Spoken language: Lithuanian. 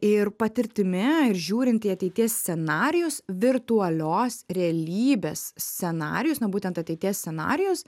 ir patirtimi ir žiūrint į ateities scenarijus virtualios realybės scenarijus na būtent ateities scenarijus